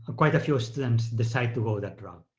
um quite a few students decide to go that route